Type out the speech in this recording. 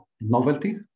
novelty